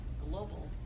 global